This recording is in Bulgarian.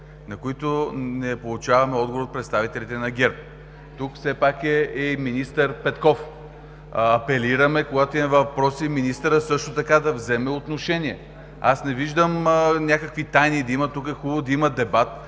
на които не получаваме отговор от представителите на ГЕРБ, тук все пак е и министър Петков, апелираме, когато има въпроси, министърът също така да вземе отношение. Аз не виждам да има някакви тайни. Хубаво е тук да има дебат.